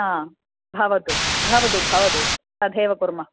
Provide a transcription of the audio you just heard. हा भवतु भवतु भवतु तथेव कुर्मः